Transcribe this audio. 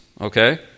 okay